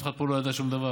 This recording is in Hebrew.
אף אחד פה לא ידע שום דבר,